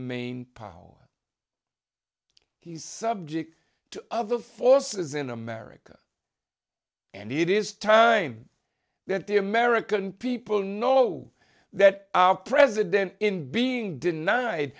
power he's subject to other forces in america and it is time that the american people know that our president in being denied